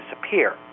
disappear